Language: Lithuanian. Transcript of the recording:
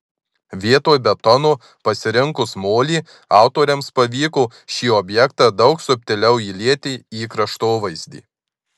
vietoj betono pasirinkus molį autoriams pavyko šį objektą daug subtiliau įlieti į kraštovaizdį